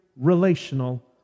relational